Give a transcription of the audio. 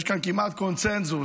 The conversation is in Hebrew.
יש כאן כמעט קונסנזוס.